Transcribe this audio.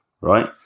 right